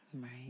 Right